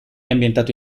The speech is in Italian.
ambientato